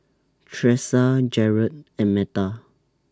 Thresa Jarred and Metha